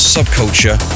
Subculture